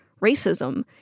racism